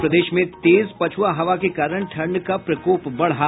और प्रदेश में तेज पछुआ हवा के कारण ठंड का प्रकोप बढा